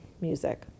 music